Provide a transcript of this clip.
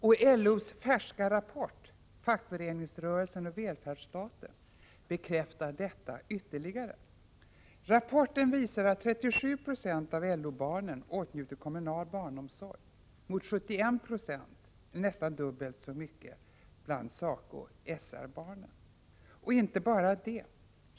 Också LO:s färska rapport Fackföreningsrörelsen och välfärdsstaten bekräftar detta ytterligare. Rapporten visar att 37 90 av LO-medlemmarna åtnjuter kommunal barnomsorg mot 7196, en nästan dubbelt så hög andel, av SACO/SR-barnen. Och inte bara det.